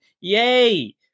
Yay